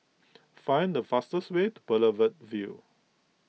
find the fastest way to Boulevard Vue